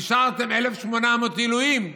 אישרתם 1,800 עילויים.